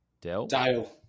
Dale